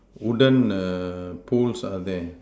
wooden err poles are there